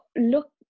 look